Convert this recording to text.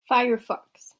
firefox